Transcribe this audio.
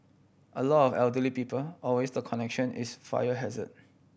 a lot of elderly people always the connection is fire hazard